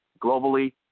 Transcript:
globally